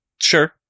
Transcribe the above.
Sure